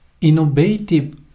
innovative